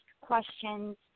questions